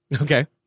okay